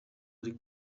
ari